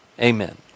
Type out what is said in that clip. amen